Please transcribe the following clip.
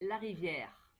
larivière